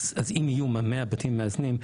אז אם יהיו 100 בתים מאזנים,